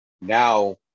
Now